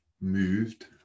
moved